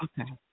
Okay